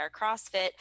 CrossFit